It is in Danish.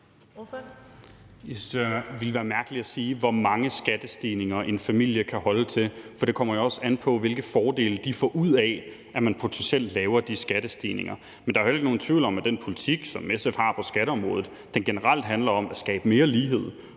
det ville være mærkeligt at sige noget om, hvor mange skattestigninger en familie kan holde til, for det kommer jo også an på, hvilke fordele de får ud af, at man potentielt laver de skattestigninger. Men der er jo heller ikke nogen tvivl om, at den politik, som SF har på skatteområdet, generelt handler om at skabe mere lighed.